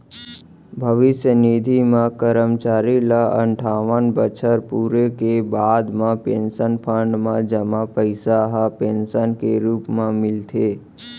भविस्य निधि म करमचारी ल अनठावन बछर पूरे के बाद म पेंसन फंड म जमा पइसा ह पेंसन के रूप म मिलथे